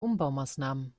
umbaumaßnahmen